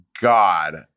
God